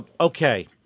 Okay